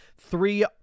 three